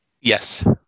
Yes